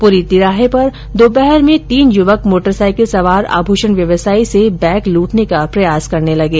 पुरी तिराहे पर दोपहर में तीन युवक मोटरसाइकिल सवार आभूषण व्यवसायी से बैग लूटने का प्रयास करने लगे